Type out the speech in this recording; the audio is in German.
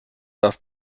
darf